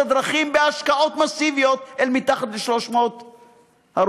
הדרכים בהשקעות מסיביות אל מתחת ל-300 הרוגים.